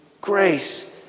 grace